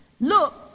Look